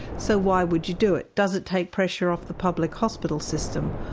so why would you do it? does it take pressure off the public hospital system?